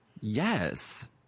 yes